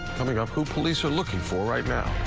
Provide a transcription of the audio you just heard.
coming up, who police are looking for right now.